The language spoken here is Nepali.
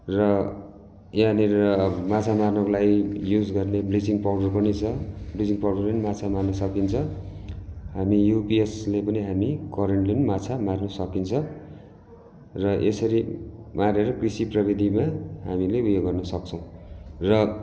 र यहाँनिर माछा मार्नुको लागि युज गर्ने ब्लिचिङ पाउडर पनि छ ब्लिचिङ पाउडरले नि माछा मार्न सकिन्छ हामी युपिएसले पनि हामी करेन्टले पनि माछा मार्नु सकिन्छ र यसरी मारेर कृषि प्रविधिमा हामीले उयो गर्न सक्छौँ र